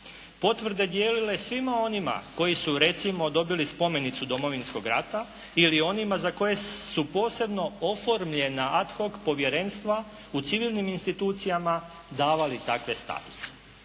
potvrde dijelile svima onima koji su recimo dobili spomenicu Domovinskog rata ili onima za koje su posebno oformljena ad hoc povjerenstva u civilnim institucijama davali takve statuse.